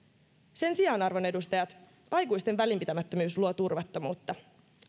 sen sijaan arvon edustajat aikuisten välinpitämättömyys luo turvattomuutta